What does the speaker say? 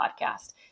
podcast